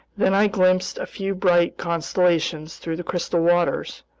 then i glimpsed a few bright constellations through the crystal waters,